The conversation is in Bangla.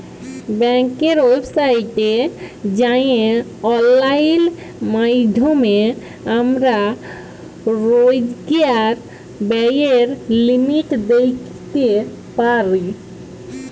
ব্যাংকের ওয়েবসাইটে যাঁয়ে অললাইল মাইধ্যমে আমরা রইজকার ব্যায়ের লিমিট দ্যাইখতে পারি